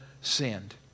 sinned